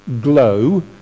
glow